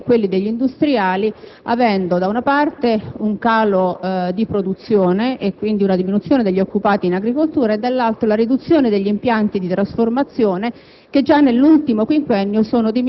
unirsi le sorti degli agricoltori e quelle degli industriali, verificandosi da una parte un calo di produzione e, quindi, la diminuzione degli occupati in agricoltura, dall'altra la riduzione degli impianti di trasformazione